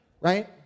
right